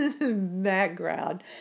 background